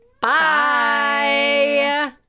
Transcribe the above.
Bye